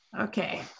okay